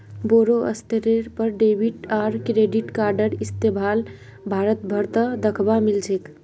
बोरो स्तरेर पर डेबिट आर क्रेडिट कार्डेर इस्तमाल भारत भर त दखवा मिल छेक